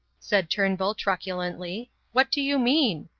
said turnbull truculently. what do you mean?